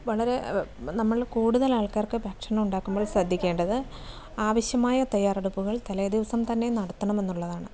വളരെ നമ്മളിൽ കൂടുതൽ ആൾക്കാർക്ക് ഭക്ഷണം ഉണ്ടാക്കുമ്പോൾ ശ്രദ്ധിക്കേണ്ടത് ആവശ്യമായ തയ്യാറെടുപ്പുകൾ തലേദിവസം തന്നെ നടത്തണമെന്നുള്ളതാണ്